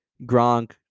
Gronk